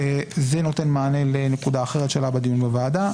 זה נותן מענה לנקודה אחרת שעלתה בדיון בוועדה,